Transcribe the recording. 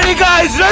ah guys